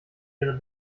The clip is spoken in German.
ihre